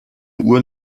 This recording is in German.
uhr